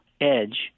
edge